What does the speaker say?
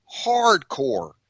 hardcore